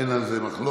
אין על זה מחלוקת,